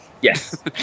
yes